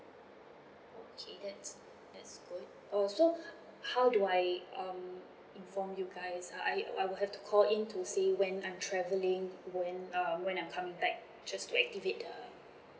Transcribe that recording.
okay that's that's good oh so how do I um inform you guys I I will have to call in to say when I'm travelling when uh when I'm coming back just to activate the